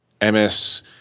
ms